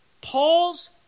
Paul's